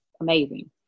amazing